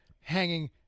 hanging